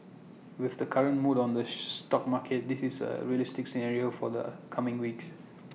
with the current mood on the stock markets this is A realistic scenario for the coming weeks